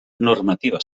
normativa